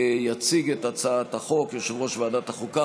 יציג את הצעת החוק יושב-ראש ועדת החוקה,